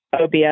OBS